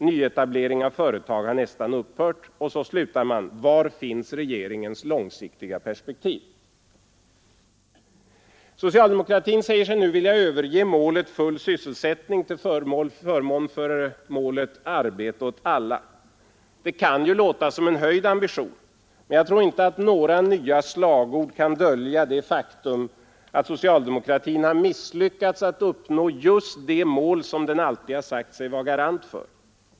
Nyetablering av företag har nästan upphört.” Och så slutar man: ”Var finns regeringens långsiktiga perspektiv?” Socialdemokratin säger sig nu vilja överge målet ”full sysselsättning” till förmån för målet ”arbete åt alla”. Det kan ju låta som en höjd ambition. Men jag tror inte att några nya slagord kan dölja det faktum att socialdemokratin har misslyckats med att uppnå det mål den alltid sagt sig vara garant för.